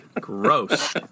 Gross